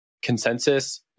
Consensus